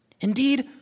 Indeed